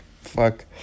fuck